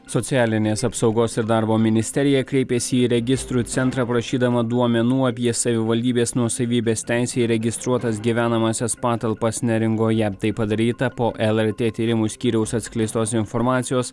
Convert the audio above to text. socialinės apsaugos ir darbo ministerija kreipėsi į registrų centrą prašydama duomenų apie savivaldybės nuosavybės teise įregistruotas gyvenamąsias patalpas neringoje tai padaryta po lrt tyrimų skyriaus atskleistos informacijos